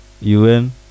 un